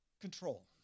Control